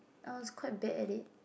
I was quite bad at it